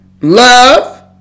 Love